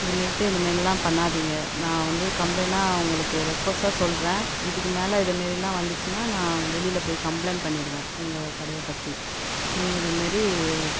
இது மேலிட்டு இதை மாரிலாம் பண்ணாதீங்க நான் வந்து கம்ப்ளைனா உங்களுக்கு ரெக்வொஸ்ட்டாக சொல்கிறேன் இதுக்கு மேல இதைமேரிலாம் வந்துடுச்சின்னா நான் வெளியில் போய் கம்ப்ளைன் பண்ணிடுவேன் உங்கள் கடையை பத்தி நீங்கள் இதை மாரி